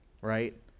right